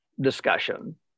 discussion